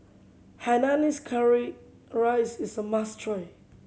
hainanese curry rice is a must try